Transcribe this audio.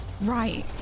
Right